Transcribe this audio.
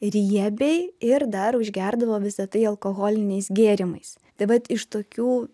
riebiai ir dar užgerdavo visa tai alkoholiniais gėrimais tai vat iš tokių